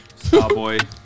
Starboy